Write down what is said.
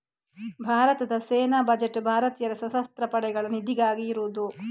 ಭಾರತದ ಸೇನಾ ಬಜೆಟ್ ಭಾರತೀಯ ಸಶಸ್ತ್ರ ಪಡೆಗಳ ನಿಧಿಗಾಗಿ ಇರುದು